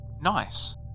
nice